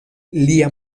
lia